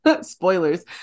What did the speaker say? Spoilers